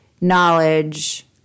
knowledge